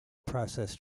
processed